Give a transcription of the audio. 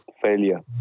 failure